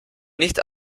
nicht